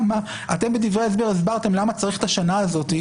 אתם בדברי ההסבר הסברתם למה צריך את השנה הזאת,